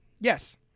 Yes